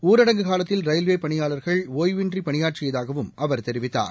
ஊரடங்கு காலத்தில் ரயில்வேபணியாளர்கள் ஒய்வின்றிபணியாற்றியதாகவும் அவர் தெரிவித்தார்